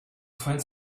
find